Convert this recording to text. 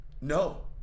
No